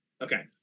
Okay